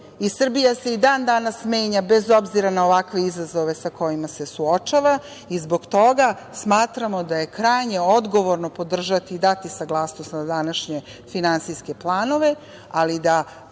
i Srbija se i dan danas menja bez obzira na ovakve izazove sa kojima se suočava i zbog toga smatramo da je krajnje odgovorno podržati i dati saglasnost na današnje finansijske planove, ali da